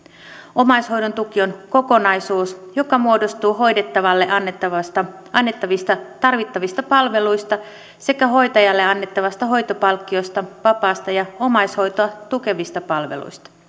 omaishoidon tuki on kokonaisuus joka muodostuu hoidettavalle annettavista tarvittavista palveluista sekä hoitajalle annettavasta hoitopalkkiosta vapaasta ja omaishoitoa tukevista palveluista